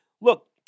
Look